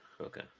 Okay